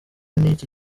niki